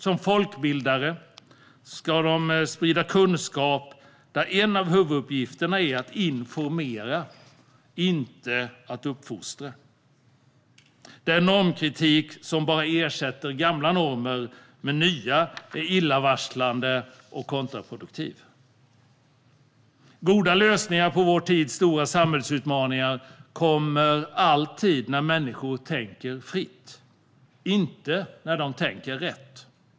Som folkbildare ska de sprida kunskap, och en av huvuduppgifterna är att informera, inte att uppfostra. Den normkritik som bara ersätter gamla normer med nya är illavarslande och kontraproduktiv. Goda lösningar på vår tids stora samhällsutmaningar kommer alltid när människor tänker fritt, inte när de tänker rätt.